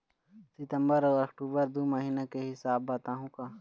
सितंबर अऊ अक्टूबर दू महीना के हिसाब बताहुं का?